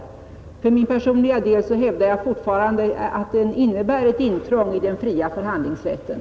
För min personliga del hävdar jag fortfarande att den innebär ett intrång i den fria förhandlingsrätten.